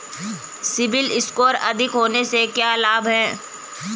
CIBIL score अधिक होने से क्या लाभ हैं?